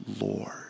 Lord